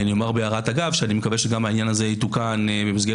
אני אומר בהערת אגב שאני מקווה שגם העניין הזה יתוקן בהצעת